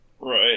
right